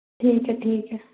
ठीक ऐ ठीक ऐ